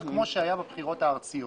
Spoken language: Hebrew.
כמו שהיה בבחירות הארציות.